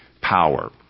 power